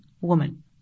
woman